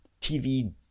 TV